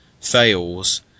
fails